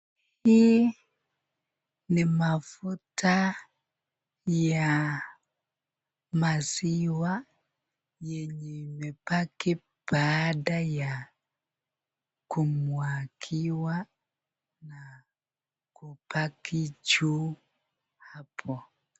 Hii ni mafuta ya maziwa yenye imebaki baada ya kumwagiwa na kubaki juu hapo.